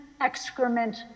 excrement